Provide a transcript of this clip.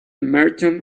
merchant